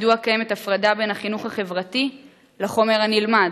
מדוע קיימת הפרדה בין החינוך החברתי לחומר הנלמד?